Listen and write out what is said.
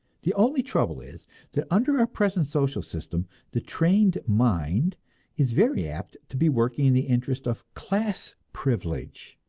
the only trouble is that under our present social system the trained mind is very apt to be working in the interest of class privilege.